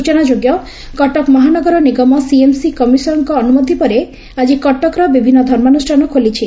ସ୍ଚନାଯୋଗ୍ କଟକ ମହାନଗର ନିଗମ ସିଏମ୍ସି କମିସନରଙ୍ଙ ଅନୁମତି ପରେ ଆଜି କଟକର ବିଭିନ୍ନ ଧର୍ମାନୁଷାନ ଖୋଲିଛି